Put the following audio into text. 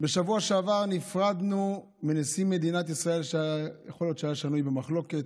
בשבוע שעבר נפרדנו מנשיא מדינת ישראל שיכול להיות שהיה שנוי במחלוקת,